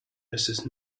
mrs